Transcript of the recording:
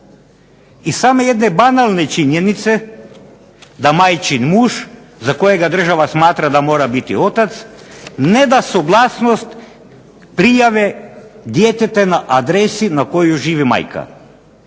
Iz same jedne banalne činjenice da majčin muž za kojega država smatra da mora biti otac ne da suglasnost prijave djeteta na adresi na kojoj živi majka.